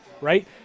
right